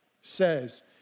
says